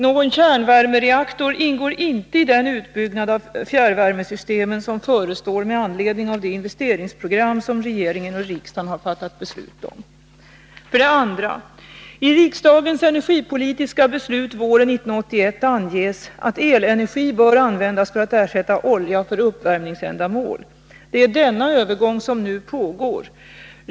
Någon kärnvärmereaktor ingår inte i den utbyggnad av fjärrvärmesystemen som förestår med anledning av det investeringsprogram som regeringen och riksdagen har fattat beslut om. 2. I riksdagens energipolitiska beslut våren 1981 anges att elenergi bör användas för att ersätta olja för uppvärmningsändamål. Det är denna övergång som nu pågår.